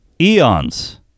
Eons